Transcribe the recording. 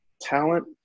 talent